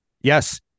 Yes